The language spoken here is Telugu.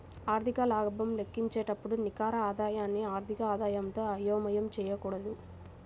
ఆర్థిక లాభం లెక్కించేటప్పుడు నికర ఆదాయాన్ని ఆర్థిక ఆదాయంతో అయోమయం చేయకూడదు